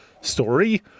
story